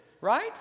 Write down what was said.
right